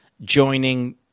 joining